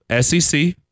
SEC